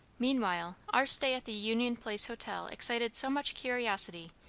meanwhile our stay at the union place hotel excited so much curiosity,